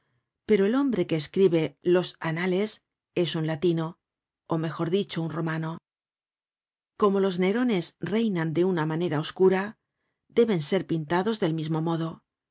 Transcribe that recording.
pero el hombre que escribe los anales es un latino ó mejor dicho un romano como los nerones reinan de una manera oscura deben ser pintados del mismo modo el